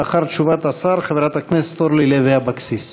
לאחר תשובת השר, חברת הכנסת אורלי לוי אבקסיס.